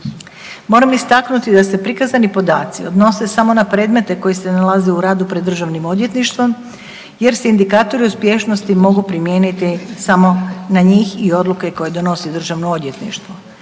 Moram istaknuti da se prikazani podaci odnose samo na predmete koji se nalaze u radu pred državnim odvjetništvom jer se indikatori uspješnosti mogu primijeniti samo na njih i odluke koje donosi državno odvjetništvo.